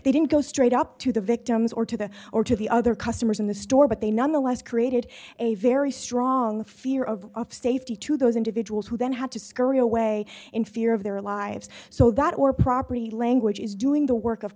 they didn't go straight up to the victims or to the or to the other customers in the store but they nonetheless created a very strong fear of of safety to those individuals who then had to scurry away in fear of their lives so that or property languages doing the work of